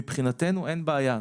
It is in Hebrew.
מבחינתנו אין בעיה,